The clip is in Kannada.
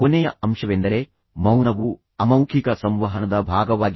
ಕೊನೆಯ ಅಂಶವೆಂದರೆ ಮೌನವು ಅಮೌಖಿಕ ಸಂವಹನದ ಭಾಗವಾಗಿದೆ